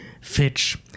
Fitch